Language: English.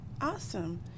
Awesome